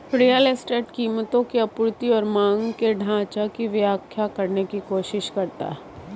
real estate कीमतों की आपूर्ति और मांग के ढाँचा की व्याख्या करने की कोशिश करता है